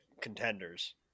contenders